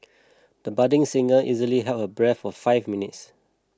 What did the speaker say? the budding singer easily held her breath for five minutes